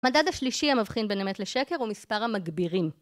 המדד השלישי המבחין בין אמת לשקר הוא מספר המגבירים